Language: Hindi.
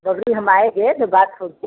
जब भी हम आएँगे तो बात होगी